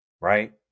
Right